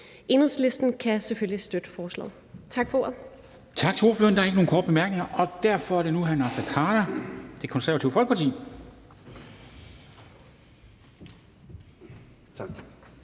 Enhedslisten kan selvfølgelig støtte forslaget. Tak for ordet.